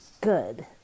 good